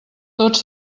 tots